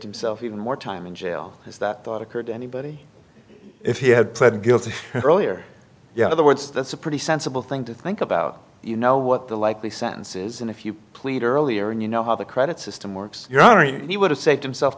himself even more time in jail is that thought occurred to anybody if he had pled guilty earlier you know the words that's a pretty sensible thing to think about you know what the likely sentences and if you plead earlier and you know how the credit system works your honor he would have saved himself